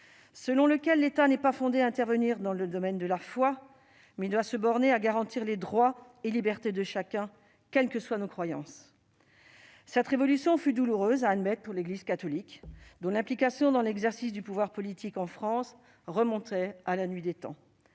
selon lequel l'État n'est pas fondé à intervenir dans le domaine de la foi, mais doit se borner à garantir les droits et libertés de chacun, quelles que soient nos croyances. Cette révolution fut douloureuse à admettre pour l'Église catholique, dont l'implication dans l'exercice du pouvoir politique en France remontait à la nuit des temps.